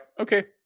Okay